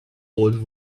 old